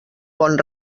bon